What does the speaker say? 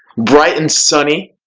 bright and sunny.